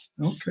Okay